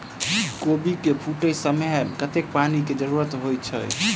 कोबी केँ फूटे समय मे कतेक पानि केँ जरूरत होइ छै?